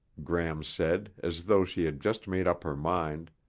gram said as though she had just made up her mind,